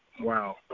wow